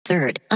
Third